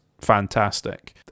fantastic